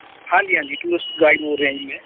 ਹਾਂਜੀ ਹਾਂਜੀ tourist guide ਬੋਲ ਰਿਹਾ ਜੀ ਮੈਂ